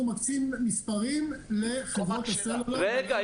אנחנו מקצים לחברות הסלולר.